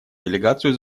делегацию